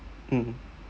mmhmm